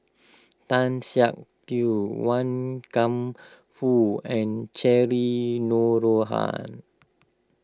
Tan Siak Kew Wan Kam Fook and Cheryl Noronha